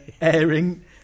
airing